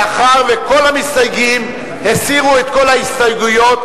מאחר שכל המסתייגים הסירו את כל ההסתייגויות,